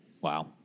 Wow